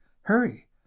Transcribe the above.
hurry